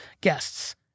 guests